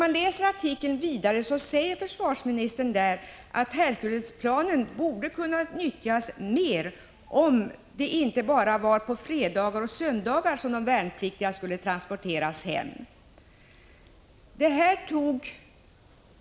Försvarsministern säger i artikeln att Herculesplanen borde kunna nyttjas mera, om det inte var bara på fredagar och söndagar som de värnpliktiga skulle transporteras.